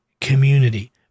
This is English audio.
community